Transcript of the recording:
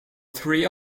three